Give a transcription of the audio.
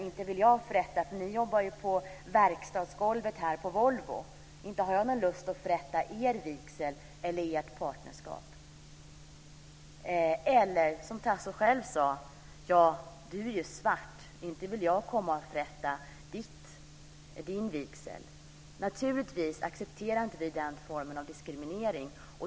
Inte vill jag förrätta er vigsel, för ni jobbar på verkstadsgolvet här på Volvo. Inte har jag någon lust att förrätta er vigsel eller registrera ert partnerskap"? Tasso kom själv med detta exempel: "Du är ju svart. Inte vill jag förrätta din vigsel". Naturligtvis accepterar vi inte den formen av diskriminering.